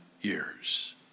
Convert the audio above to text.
years